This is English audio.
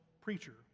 preacher